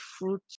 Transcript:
fruit